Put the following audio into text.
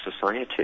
society